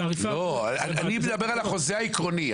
אני מדבר על החוזה העקרוני.